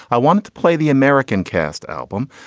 i wanted to play the american cast album,